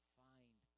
find